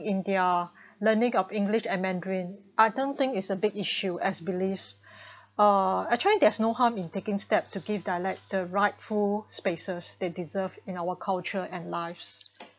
in their learning of English and Mandarin I don't think is a big issue as beliefs uh actually there's no harm in taking steps to give dialect the rightful spaces they deserve in our culture and lives